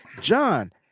John –